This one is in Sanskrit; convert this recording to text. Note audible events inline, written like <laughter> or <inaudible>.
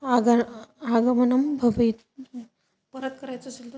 आग आगमनं भवेत् <unintelligible>